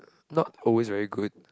not always very good